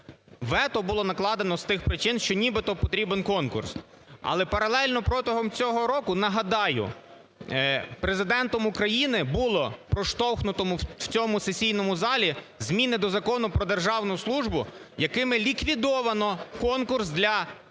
Вето було накладено з тих причин, що нібито потрібен конкурс. Але паралельно протягом цього року, нагадаю, Президентом України було проштовхнутому в цьому сесійному залі зміни до Закону про державну службу, якими ліквідовано конкурс для голів